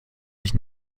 sich